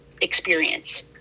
experience